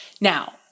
Now